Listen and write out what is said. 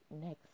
next